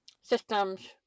systems